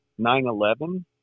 9-11